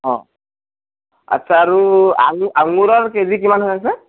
অঁ আচ্ছা আৰু আঙু আঙুৰৰ কেজি কিমান হৈ আছে